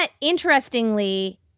interestingly